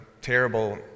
terrible